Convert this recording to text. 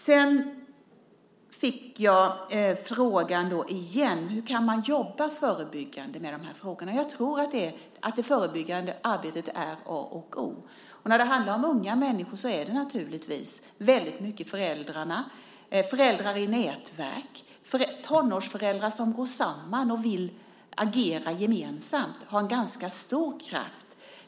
Sedan fick jag återigen frågan om hur man kan jobba förebyggande med de här frågorna. Jag tror att det förebyggande arbetet är A och O. När det handlar om unga människor ligger mycket av det på föräldrarna. Det kan handla om föräldrar i nätverk. Tonårsföräldrar som går samman och vill agera gemensamt har en ganska stor kraft.